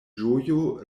ĝojo